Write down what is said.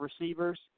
receivers